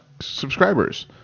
subscribers